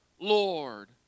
Lord